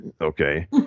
okay